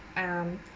um